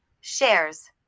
Shares